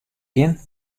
kin